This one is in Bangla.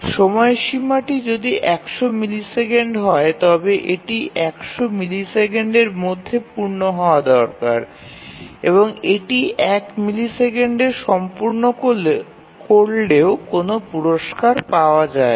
সময়সীমাটি যদি ১০০ মিলিসেকেন্ড হয় তবে এটি ১০০ মিলিসেকেন্ডের মধ্যে পূর্ণ হওয়া দরকার এবং এটি ১ মিলিসেকেন্ডে সম্পূর্ণ করলেও কোনও পুরষ্কার পাওয়া যায় না